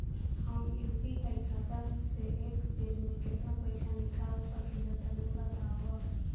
हम यू.पी.आई खाता से एक बेर म केतना पइसा निकाल सकिला तनि बतावा?